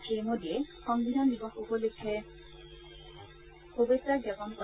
শ্ৰীমোদীয়ে সংবিধান দিৱস উপলক্ষে শুভেচ্ছা জ্ঞাপন কৰে